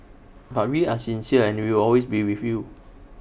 but we are sincere and we will always be with you